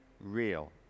real